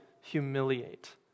humiliate